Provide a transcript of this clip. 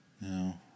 No